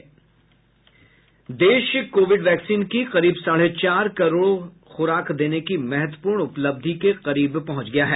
देश Covid vaccine की करीब साढे चार करोड़ खुराक देने की महत्वपूर्ण उपलब्धि के करीब पहुंच गया है